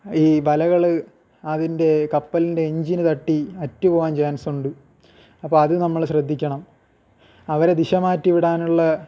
ഈ വലകൾ അതിൻ്റെ കപ്പലിൻ്റെ എഞ്ചിന് തട്ടി അറ്റു പോകാൻ ചാൻസുണ്ട് അപ്പം അതു നമ്മൾ ശ്രദ്ധിക്കണം അവരെ ദിശ മാറ്റി വിടാനുള്ള